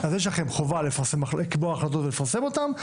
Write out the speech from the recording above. אז יש לכם חובה לקבוע החלטות ולפרסם אותן,